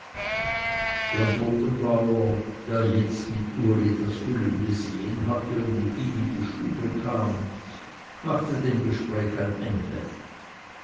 der bodenbauer der jetzt mit uli das füllen besehen hatte und mit ihm in die stube kam machte dem gespräch ein ende